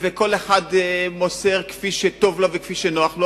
וכל אחד מוסר כפי שטוב לו וכפי נוח לו,